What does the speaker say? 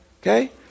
okay